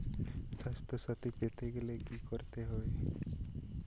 স্বাস্থসাথী পেতে গেলে কি করতে হবে?